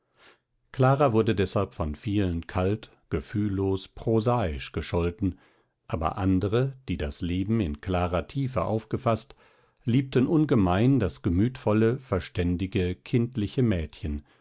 clara wurde deshalb von vielen kalt gefühllos prosaisch gescholten aber andere die das leben in klarer tiefe aufgefaßt liebten ungemein das gemütvolle verständige kindliche mädchen